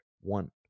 one